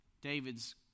David's